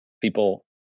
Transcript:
people